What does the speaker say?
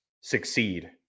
succeed